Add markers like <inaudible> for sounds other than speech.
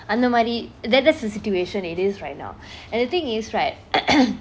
அந்த மாறி :antha maari that that's the situation it is right now and the thing is right <coughs>